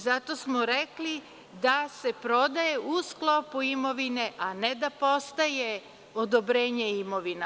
Zato smo rekli da se prodaje u sklopu imovine, a ne da postaje odobrenje imovina.